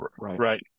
right